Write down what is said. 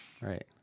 Right